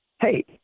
hey